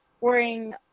worrying